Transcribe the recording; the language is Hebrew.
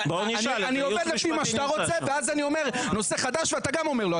אני עובד לפי מה שאתה רוצה ואז אני אומר נושא חדש ואתה גם אומר לא,